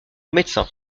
médecin